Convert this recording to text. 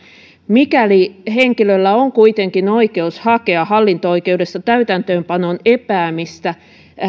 mikäli henkilöllä on kuitenkin oikeus hakea hallinto oikeudessa täytäntöönpanon epäämistä